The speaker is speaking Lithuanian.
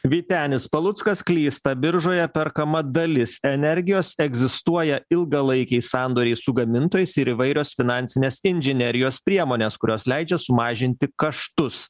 vytenis paluckas klysta biržoje perkama dalis energijos egzistuoja ilgalaikiai sandoriai su gamintojais ir įvairios finansinės inžinerijos priemonės kurios leidžia sumažinti kaštus